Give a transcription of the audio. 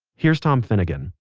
here's tom finnegan,